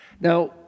Now